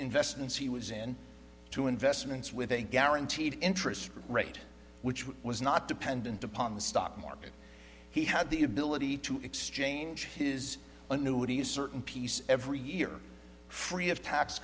investments he was in to investments with a guaranteed interest rate which was not dependent upon the stock market he had the ability to exchange his annuities certain piece every year free of tax